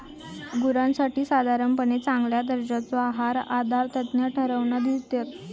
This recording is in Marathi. गुरांसाठी साधारणपणे चांगल्या दर्जाचो आहार आहारतज्ञ ठरवन दितत